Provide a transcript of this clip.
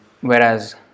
whereas